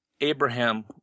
Abraham